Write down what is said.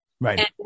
Right